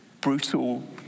brutal